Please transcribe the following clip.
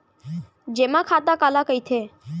जेमा खाता काला कहिथे?